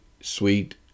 sweet